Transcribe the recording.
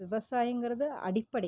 விவசாயங்குறது அடிப்படை